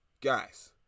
guys